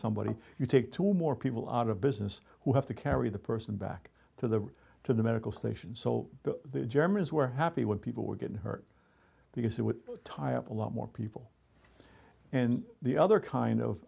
somebody you take two or more people out of business who have to carry the person back to the to the medical station so the germans were happy when people were getting hurt because that would tie up a lot more people and the other kind of